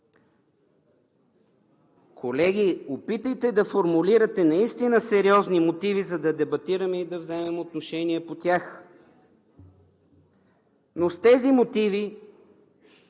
Колеги, опитайте да формулирате наистина сериозни мотиви, за да дебатираме и да вземем отношение по тях. С тези мотиви